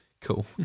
cool